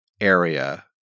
area